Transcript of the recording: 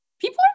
people